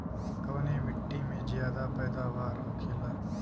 कवने मिट्टी में ज्यादा पैदावार होखेला?